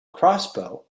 crossbow